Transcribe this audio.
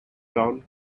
don